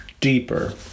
deeper